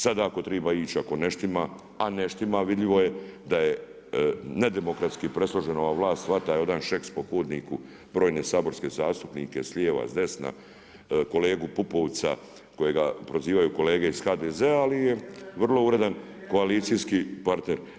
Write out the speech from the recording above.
Sada ako treba ići ako ne štima, a ne štima vidljivo je da je nedemokratski presložena ova vlast, hvala jedan Šeks po hodniku brojne saborske zastupnike s lijeva, s desna, kolegu Pupovca kojega prozivaju kolege iz HDZ-a ali je vrlo uredan koalicijski partner.